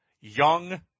young